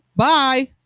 Bye